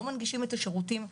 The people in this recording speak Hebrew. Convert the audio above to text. לא מנגישים את השירותים,